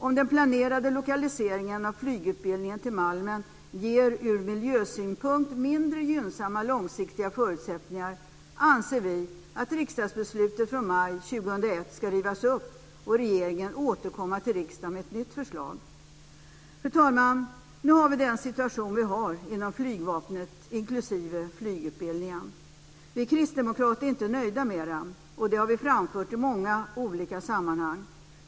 Om den planerade lokaliseringen av flygutbildningen till Malmen ur miljösynpunkt ger mindre gynnsamma långsiktiga förutsättningar anser vi att riksdagsbeslutet från maj 2001 ska rivas upp och att regeringen ska återkomma till riksdagen med ett nytt förslag. Fru talman! Nu har vi den situation vi har inom flygvapnet, inklusive flygutbildningen. Vi kristdemokrater är inte nöjda med den. Det har vi framfört i många olika sammanhang.